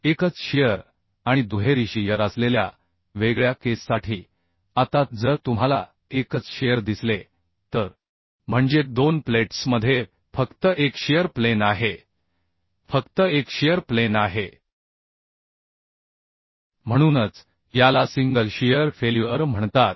एकच शियर आणि दुहेरी शियर असलेल्या वेगळ्या केससाठी आता जर तुम्हाला एकच शिअर दिसले तर म्हणजे दोन प्लेट्समध्ये फक्त एक शिअर प्लेन आहे फक्त एक शिअर प्लेन आहे म्हणूनच याला सिंगल शियर फेल्युअर म्हणतात